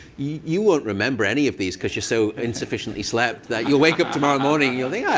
you won't remember any of these because you're so insufficiently slept that you'll wake up tomorrow morning, you'll yeah